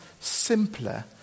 simpler